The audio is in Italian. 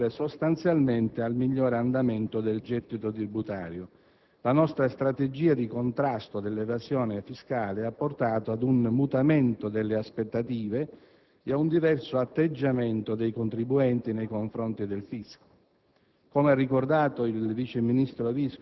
Il miglioramento dei conti pubblici è da ascrivere, sostanzialmente, al migliore andamento del gettito tributario. Infatti, la nostra strategia di contrasto all'evasione fiscale ha condotto ad un mutamento delle aspettative e a un diverso atteggiamento dei contribuenti nei confronti del fisco.